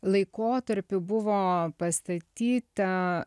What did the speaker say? laikotarpiu buvo pastatyta